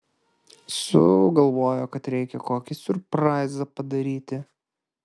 sugalvojo kad reikia kokį siurpraizą padaryti